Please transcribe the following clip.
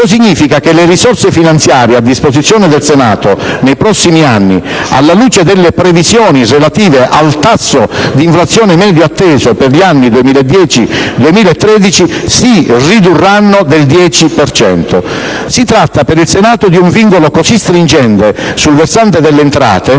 Ciò significa che le risorse finanziarie a disposizione del Senato nei prossimi anni, alla luce delle previsioni relative al tasso di inflazione medio atteso per gli anni 2010-2013, si ridurranno del 10 per cento. Si tratta per il Senato di un vincolo così stringente sul versante delle entrate